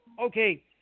okay